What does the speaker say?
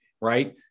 right